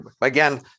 again